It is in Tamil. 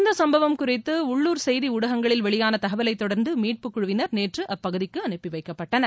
இந்த சும்பவம் குறித்து உள்ளுர் செய்தி ஊடகங்களில் வெளியான தகவலைத் தொடர்ந்து மீட்புக் குழுவினர் நேற்று அப்பகுதிக்கு அனுப்பிவைக்கப்பட்டனர்